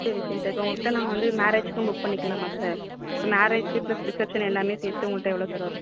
சரி சரி சார் இப்போ உங்கள்கிட்ட நாங்கள் வந்து மேரேஜுக்கும் புக் பண்ணிக்கலாமா சார் மேரேஜு ப்ளஸ் ரிசப்ஷன்னு எல்லாமே சேர்த்து உங்கள்கிட்ட எவ்வளோ சார் வரும்